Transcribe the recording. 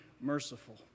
merciful